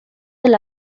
del